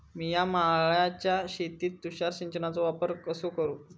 मिया माळ्याच्या शेतीत तुषार सिंचनचो वापर कसो करू?